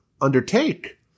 undertake